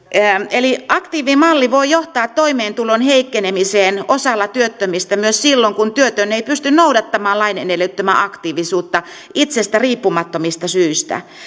eli aktiivimalli voi johtaa toimeentulon heikkenemiseen osalla työttömistä myös silloin kun työtön ei pysty noudattamaan lain edellyttämää aktiivisuutta itsestä riippumattomista syistä